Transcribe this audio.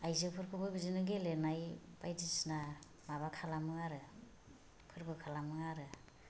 आइजोफोरखौबो बिदिनो गेलेनाय बायदिसिना माबा खालामो आरो फोरबो खालामो आरो